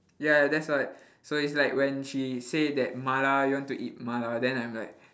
ya that's why so it's like when she say that mala you want to eat mala then I'm like